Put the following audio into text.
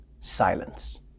silence